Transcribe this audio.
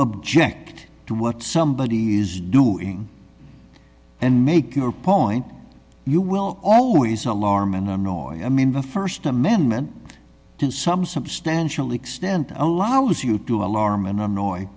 object to what somebody is doing and make your point you will always alarm and annoying i mean the st amendment to some substantial extent a law is you to alarm an annoy